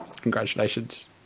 congratulations